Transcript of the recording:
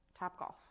topgolf